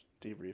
debrief